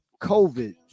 COVID